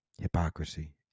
Hypocrisy